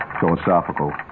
philosophical